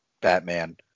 Batman